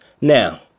Now